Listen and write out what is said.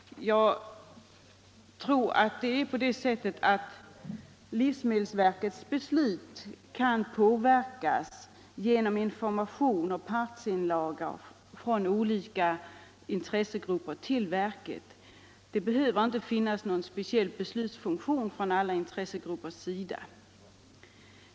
Jag tror att livsmedelsverkets beslut kan påverkas genom information och partsinlagor till verket från olika intressegrupper. Det behöver inte finnas någon speciell beslutsfunktion från alla intressegruppers sida.